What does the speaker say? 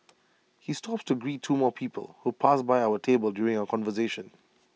he stops to greet two more people who pass by our table during our conversation